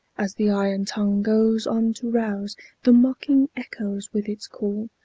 as the iron tongue goes on to rouse the mocking echoes with its call,